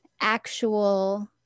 actual